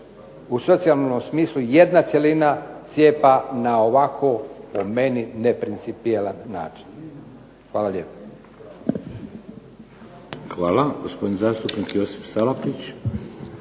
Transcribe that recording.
u socijalnom smislu jedna cjelina cijepa na ovako po meni neprincipijelan način. Hvala lijepo.